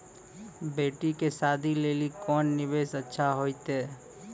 बेटी के शादी लेली कोंन निवेश अच्छा होइतै?